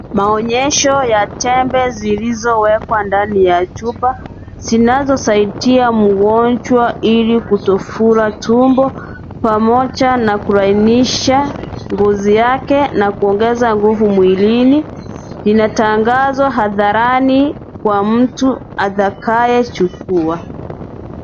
Maonyesho ya tembe zilizowekwa ndani ya chupa. Zinazosaidia mgonjwa ili kutofura tumbo, pamoja na kulainisha ngozi yake na kuongeza nguvu mwilini. Ina tangazo hadharani kwa mtu atakaye chukua.